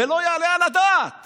לא יעלה על הדעת